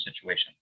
situation